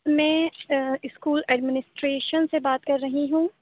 میں school administration سے بات کر رہی ہوں